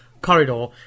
corridor